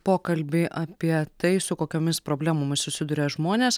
pokalbį apie tai su kokiomis problemomis susiduria žmonės